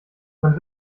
man